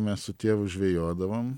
mes su tėvu žvejodavom